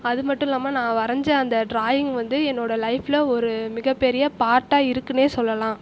அது மட்டும் இல்லாமல் நான் வரைஞ்ச அந்த டிராயிங் வந்து என்னோடய லைஃபில் ஒரு மிகப்பெரிய பார்ட்டாக இருக்குன்னே சொல்லலாம்